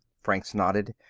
franks nodded.